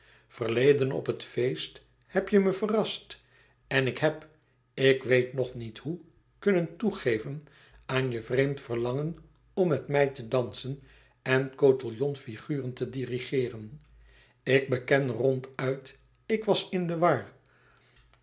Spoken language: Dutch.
verleden op het feest heb je me verrast en ik heb ik weet nog niet hoe kunnen toegeven aan je vreemd verlangen om met mij te dansen en cotillon figuren te dirigeeren ik beken ronduit ik was in de war